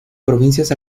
provincias